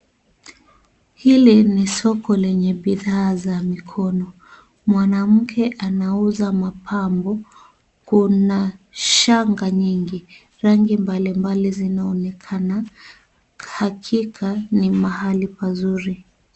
Hili ni soko lenye bidhaa za mikono mwanamke anauza mapambo kuna shanga nyingi rangi mbalimbali zinaonekana hakika ni mahali pazuri.